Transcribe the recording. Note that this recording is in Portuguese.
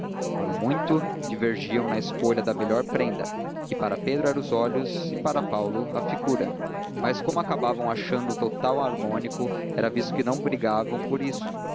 quando muito divergiam na escolha da melhor prenda que para pedro eram os olhos e para paulo a figura mas como acabavam achando um total harmônico era visto que não brigavam por isso